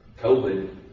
COVID